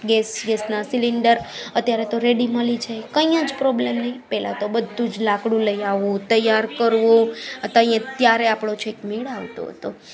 gas ગેસના cylinder અત્યારે તો રેડી મળી જાય કંઈ જ પ્રોબ્લમ નહીં પહેલા તો બધુ જ લાકડું લઈ આવો તૈયાર કરવું ત્યાં ત્યારે આપણો જે મેળ આવતો હતો